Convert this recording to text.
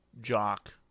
jock